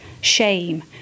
shame